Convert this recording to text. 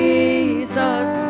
Jesus